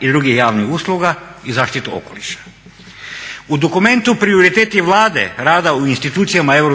i drugih javnih usluga i zaštitu okoliša. U dokumentu prioriteti Vlade rada u institucijama EU